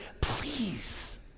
Please